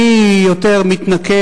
מי יותר מתנכל,